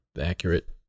accurate